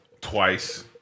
twice